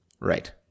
Right